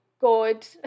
good